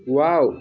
wow